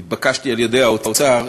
התבקשתי על-ידי האוצר,